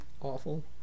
awful